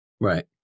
right